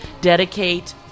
Dedicate